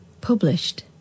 Published